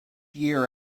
year